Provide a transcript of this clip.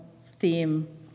theme